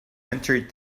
entered